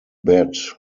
bat